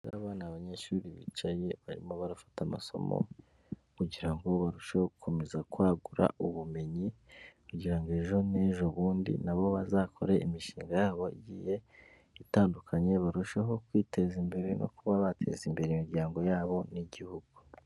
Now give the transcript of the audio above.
Bariya n'abanyeshuri bicaye barimo barafata amasomo kugira ngo barusheho gukomeza kwagura ubumenyi, kugira ngo ejo n'ejo bundi nabo bazakore imishinga yabo igiye itandukanye, barusheho kwiteza imbere no kuba bateza imbere imiryango yabo n'Igihugu.